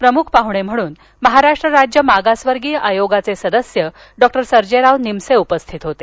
प्रमुख पाहुणे म्हणून महाराष्ट्र राज्य मागासवर्गीय आयोगाचे सदस्य डॉक्टर सर्जेराव निमसे उपस्थित होते